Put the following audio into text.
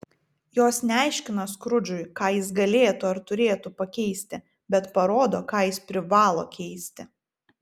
jos neaiškina skrudžui ką jis galėtų ar turėtų pakeisti bet parodo ką jis privalo keisti